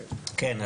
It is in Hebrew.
כן,